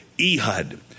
Ehud